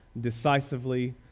decisively